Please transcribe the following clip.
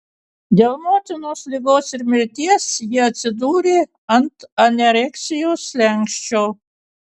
dėl motinos ligos ir mirties ji atsidūrė ant anoreksijos slenksčio